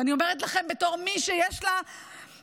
ואני אומרת לכם בתור מי שיש לה בן